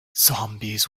zombies